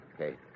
okay